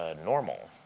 ah normal.